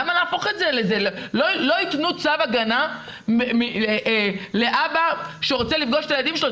לא יתנו צו הרחקה לאבא שרוצה לפגוש את הילדים שלו,